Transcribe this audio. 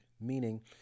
meaning